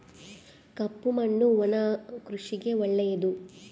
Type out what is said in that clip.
ಕಪ್ಪು ಮಣ್ಣು ಒಣ ಕೃಷಿಗೆ ಒಳ್ಳೆಯದು